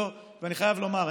ואני חייב לומר,